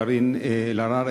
קארין אלהרר,